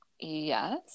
Yes